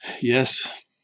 Yes